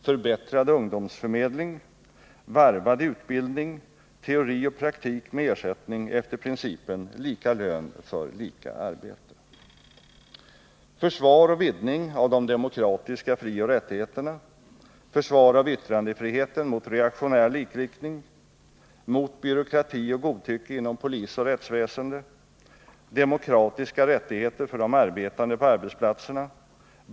Försvar och vidgning av de demokratiska frioch rättigheterna: Försvar av yttrandefriheten mot reaktionär likriktning. Mot byråkrati och godtycke inom polisoch rättsväsende. Demokratiska rättigheter för de arbetande på arbetsplatserna.